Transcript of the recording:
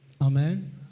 Amen